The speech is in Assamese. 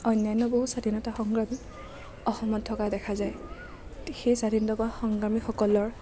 অন্য়ান্য বহু স্বাধীনতা সংগ্ৰামী অসমত থকা দেখা যায় সেই স্বাধীনতা সংগ্ৰামীসকলৰ